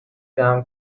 جمع